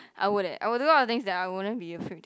I would eh I would do a lot of things that wouldn't be afraid to